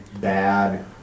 bad